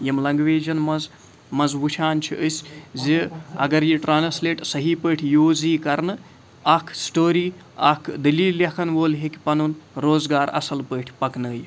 یِم لنٛگویجَن منٛز منٛزٕ وٕچھان چھِ أسۍ زِ اگر یہِ ٹرٛانسلیٹ صحیح پٲٹھۍ یوٗز یی کَرنہٕ اَکھ سٹوری اَکھ دٔلیٖل لٮ۪کھَن وول ہیٚکہِ پَنُن روزگار اَصٕل پٲٹھۍ پَکنٲیِتھ